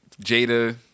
Jada